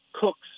Cooks